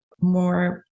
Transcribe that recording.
more